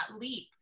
leap